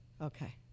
Okay